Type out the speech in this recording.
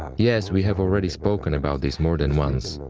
yes, we have already spoken about this more than once.